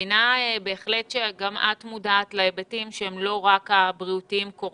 מבינה בהחלט שגם את מודעת להיבטים שהם לא רק הבריאותיים קורונה.